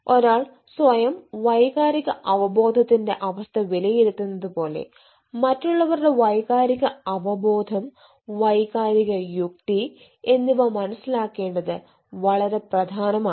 ഒരാൾ സ്വയം വൈകാരിക അവബോധത്തിന്റെ അവസ്ഥ വിലയിരുത്തുന്നത് പോലെ മറ്റുള്ളവരുടെ വൈകാരിക അവബോധം വൈകാരിക യുക്തി എന്നിവ മനസിലാക്കേണ്ടത്ത് വളരെ പ്രധാനമാണ്